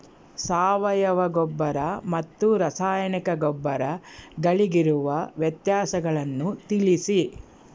ಸಾವಯವ ಗೊಬ್ಬರ ಮತ್ತು ರಾಸಾಯನಿಕ ಗೊಬ್ಬರಗಳಿಗಿರುವ ವ್ಯತ್ಯಾಸಗಳನ್ನು ತಿಳಿಸಿ?